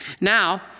Now